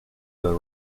were